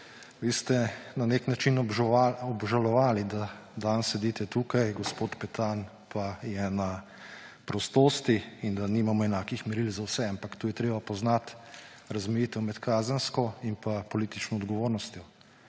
Vi ste na nek način obžalovali, da danes sedite tukaj, gospod Petan pa je na prostosti, in da nimamo enakih meril za vse. Ampak tu je treba poznati razmejitev med kazensko in pa politično odgovornostjo.